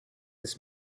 this